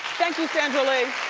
thank you sandra lee.